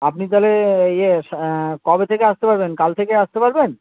আপনি তাহলে ইয়ে কবে থেকে আসতে পারবেন কাল থেকে আসতে পারবেন